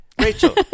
Rachel